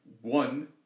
one